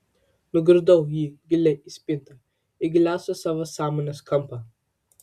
nugrūdau jį giliai į spintą į giliausią savo sąmonės kampą